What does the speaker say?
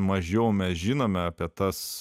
mažiau mes žinome apie tas